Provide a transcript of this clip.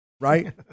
Right